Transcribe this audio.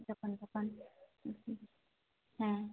ᱡᱚᱠᱷᱚᱱ ᱛᱚᱠᱷᱚᱱ ᱦᱮᱸ